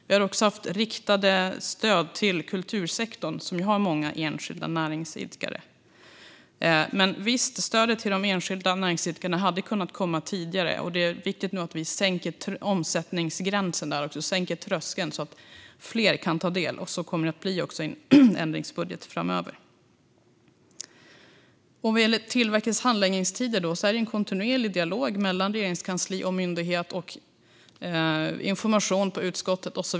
Det har givits riktade stöd till kultursektorn, som ju har många enskilda näringsidkare. Visst hade stödet till de enskilda näringsidkarna kunnat komma tidigare, och det är viktigt att vi nu sänker omsättningsgränsen - tröskeln - så att fler kan ta del av stödet. Så kommer det också att bli en ändringsbudget framöver. Vad gäller Tillväxtverkets handläggningstider förs en kontinuerlig dialog mellan regeringskansli och myndighet; vidare ges information till utskottet.